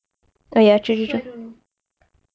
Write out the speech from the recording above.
so I don't know